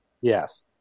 Yes